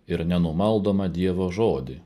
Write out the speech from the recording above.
ir nenumaldomą dievo žodį